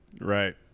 right